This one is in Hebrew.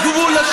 יש גבול לצביעות.